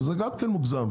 וזה גם כן מוגזם,